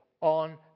on